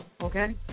okay